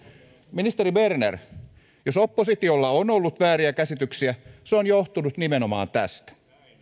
ministeri berner jos oppositiolla on ollut vääriä käsityksiä se on johtunut nimenomaan tästä